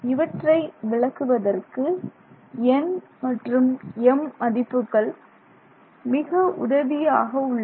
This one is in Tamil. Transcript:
இவற்றை விளக்குவதற்கு nm மதிப்புகள் மிக உபயோகமாக உள்ளன